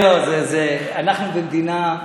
אנחנו במדינה,